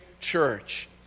church